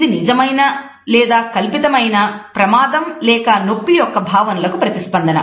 ఇది నిజమైన లేదా కల్పితమైన ప్రమాదం లేక నొప్పి యొక్క భావనలకు ప్రతిస్పందన